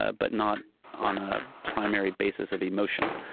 ah but not on a primary basis of emotion